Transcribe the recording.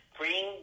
bring